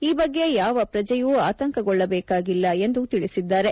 ಈ ಬಗ್ಗೆ ಯಾವ ಪ್ರಜೆಯೂ ಆತಂಕಗೊಳ್ಳಬೇಕಿಲ್ಲ ಎಂದು ತಿಳಿಸಿದ್ದಾರೆ